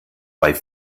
bei